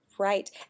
Right